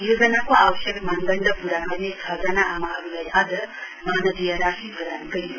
योजनाको अवश्यक मानदण्ड पूरा गर्ने छ जना आमाहरूलाई आज मानदेश राशि प्रदान गरियो